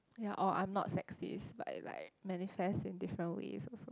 ya or I'm not sexist but it like manifest in different ways also